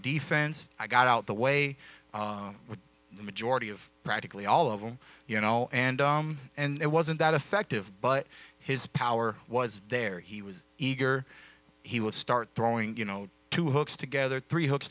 defense i got out the way the majority of practically all of them you know and and it wasn't that effective but his power was there he was eager he would start throwing you know two hooks together three hooks